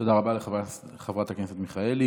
תודה רבה לחברת הכנסת מיכאלי.